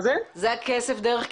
לא.